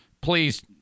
please